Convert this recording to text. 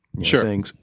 Sure